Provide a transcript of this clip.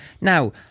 Now